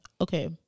Okay